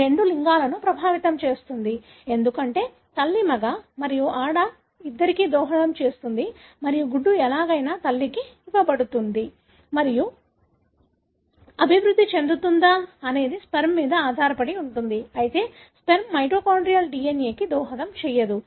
ఇది రెండు లింగాలను ప్రభావితం చేస్తుంది ఎందుకంటే తల్లి మగ మరియు ఆడ ఇద్దరికీ దోహదం చేస్తుంది మరియు గుడ్డు ఎలాగైనా తల్లికి ఇవ్వబడుతుంది మరియు అది మగ లేదా ఆడగా అభివృద్ధి చెందుతుందా అనేది స్పెర్మ్ మీద ఆధారపడి ఉంటుంది అయితే స్పెర్మ్ మైటోకాన్డ్రియల్ DNA కి దోహదం చేయదు